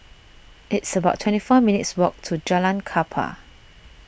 it's about twenty four minutes' walk to Jalan Kapal